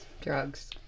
Drugs